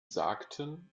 sagten